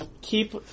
keep